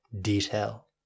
detail